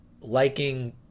liking